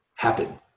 Happen